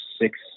six